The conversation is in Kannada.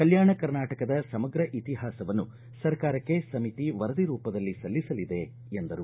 ಕಲ್ಯಾಣ ಕರ್ನಾಟಕದ ಸಮಗ್ರ ಇತಿಹಾಸವನ್ನು ಸರ್ಕಾರಕ್ಕೆ ಸಮಿತಿ ವರದಿ ರೂಪದಲ್ಲಿ ಸಲ್ಲಿಸಲಿದೆ ಎಂದರು